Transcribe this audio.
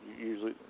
Usually